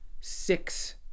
six